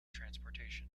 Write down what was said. transportation